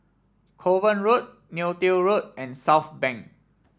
Kovan Road Neo Tiew Road and Southbank